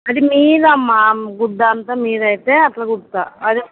అది మీది అమ్మ గుడ్డ అంతా మీది అయితే అట్లా కుడుతాను